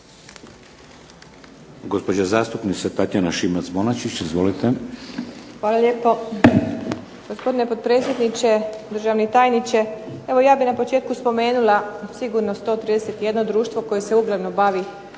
Gospođa zastupnica Tatjana Šimac-Bonačić, izvolite. **Šimac Bonačić, Tatjana (SDP)** Hvala lijepo. Gospodine potpredsjedniče, državni tajniče evo ja bih na početku spomenula sigurno 131 društvo koje se uglavnom bavi